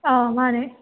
ꯑꯥ ꯃꯥꯟꯅꯦ